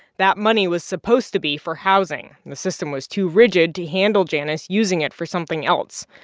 that money was supposed to be for housing. the system was too rigid to handle janice using it for something else.